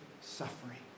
suffering